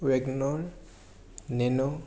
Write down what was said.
WagonR nano